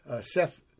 Seth